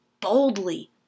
boldly